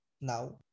now